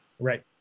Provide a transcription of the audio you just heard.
Right